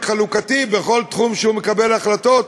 חלוקתי בכל תחום שהוא מקבל בו החלטות,